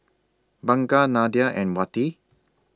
Bunga Nadia and Wati